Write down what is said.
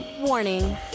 Warning